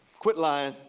quit lying.